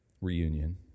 reunion